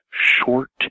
short